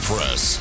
Press